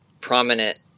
prominent